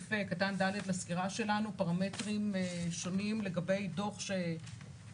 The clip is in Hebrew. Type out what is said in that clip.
בסעיף קטן (ד) לסקירה שלנו פרמטרים שונים לגבי דוח שתבקש